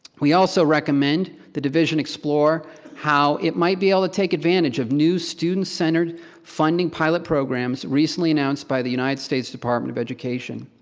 we also recommend the division explore how it might be able to take advantage of new student-centered funding pilot programs recently announced by the united states department of education.